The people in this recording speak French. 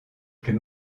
plus